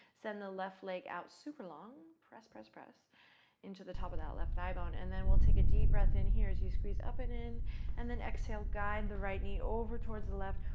send the left leg out super long. press, press, press into the top of that left thigh bone and then we'll take a deep breath here as you squeeze up and in and then exhale. guide the right knee over towards the left,